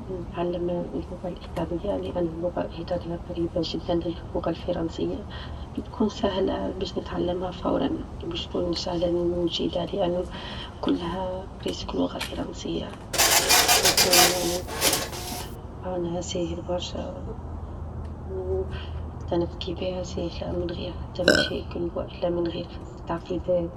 باش نختار نتعلم اللغة الإيطالية؛ لأن اللغة الإيطالية قريبة جدًا للغة الفرنسية، بتكون سهلة باش نتعلمها فورًا، وباش تكون سهلة نجيدها؛ لأنه كلها بالكاد لغة فرنسية، باش نكون يعني إتقانها ساهل برشا وحتى نحكي بها ساهلة من غير حتى مشاكل، ولا من غير حتى تعقيدات.